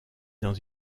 dans